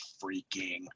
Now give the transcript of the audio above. freaking